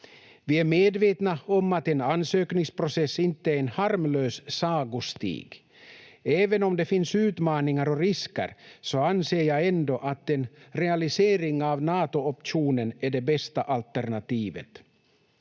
Vi är medvetna om att en ansökningsprocess inte är en harmlös sagostig. Även om det finns utmaningar och risker anser jag ändå att en realisering av Nato-optionen är det bästa alternativet,